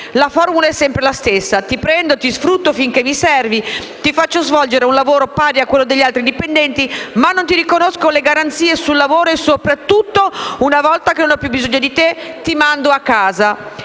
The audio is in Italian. La formula è sempre la stessa: «Ti prendo, ti sfrutto finché mi servi, ti faccio svolgere un lavoro pari a quello degli altri dipendenti, ma non ti riconosco le garanzie sul lavoro, e soprattutto, una volta che non ho più bisogno di te, ti mando a casa».